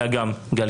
אלא גם מרוסיה,